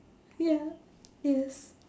ya yes